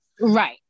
Right